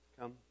Come